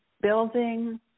building